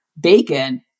bacon